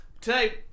Today